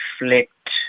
reflect